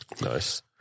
Nice